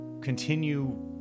continue